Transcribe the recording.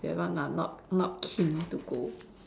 that one ah not not keen to go